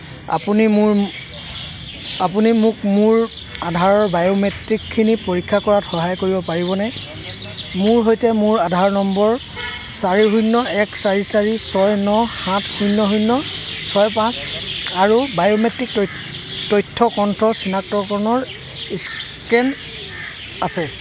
আপুনি মোৰ আপুনি মোক মোৰ আধাৰৰ বায়োমেট্ৰিকখিনি পৰীক্ষা কৰাত সহায় কৰিব পাৰিবনে মোৰ সৈতে মোৰ আধাৰ নম্বৰ চাৰি শূন্য এক চাৰি চাৰি ছয় ন সাত শূন্য শূন্য ছয় পাঁচ আৰু বায়োমেট্ৰিক তথ্য কণ্ঠ চিনাক্তকৰণৰ স্কেন আছে